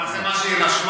אבל זה מה שהיא רשמה?